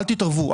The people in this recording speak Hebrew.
אל תתערבו,